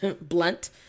Blunt